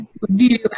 review